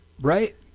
Right